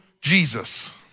Jesus